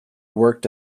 worked